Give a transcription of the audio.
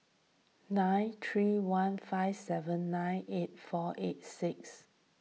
nine three one five seven nine eight four eight six